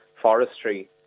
forestry